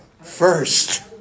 First